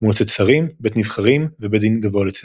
- מועצת שרים, בית נבחרים ובית דין גבוה לצדק.